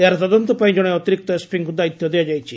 ଏହାର ତଦନ୍ତ ପାଇଁ ଜଣେ ଅତିରିକ୍ତ ଏସ୍ପିଙ୍କୁ ଦାୟିତ୍ୱ ଦିଆଯାଇଛି